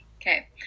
okay